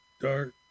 dark